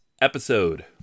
episode